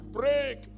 break